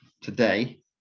today